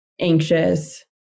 anxious